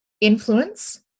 influence